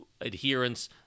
adherence